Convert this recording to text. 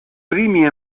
primi